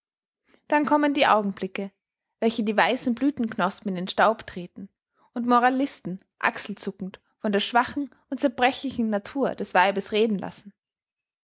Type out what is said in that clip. dann kommen die augenblicke welche die weißen blüthenknospen in den staub treten und moralisten achselzuckend von der schwachen und zerbrechlichen natur des weibes reden lassen